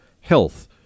Health